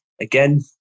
Again